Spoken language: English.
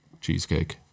Cheesecake